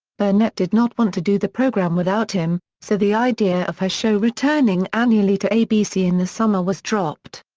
burnett did not want to do the program without him, so the idea of her show returning annually to abc in the summer was dropped.